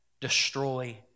Destroy